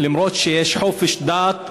למרות שיש חופש דת,